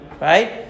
Right